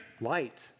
light